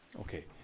Okay